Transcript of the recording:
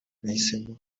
nahisemo